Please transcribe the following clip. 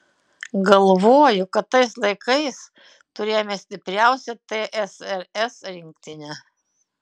galvoju kad tais laikais turėjome stipriausią tsrs rinktinę